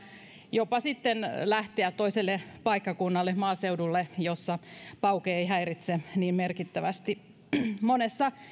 jopa sitten lähteä toiselle paikkakunnalle maaseudulle jossa pauke ei ei häiritse niin merkittävästi monessa